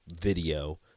video